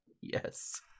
Yes